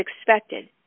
expected